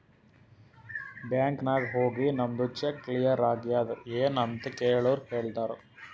bank ನಾಗ್ ಹೋಗಿ ನಮ್ದು ಚೆಕ್ ಕ್ಲಿಯರ್ ಆಗ್ಯಾದ್ ಎನ್ ಅಂತ್ ಕೆಳುರ್ ಹೇಳ್ತಾರ್